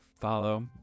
follow